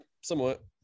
Somewhat